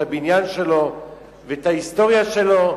את הבניין שלו ואת ההיסטוריה שלו,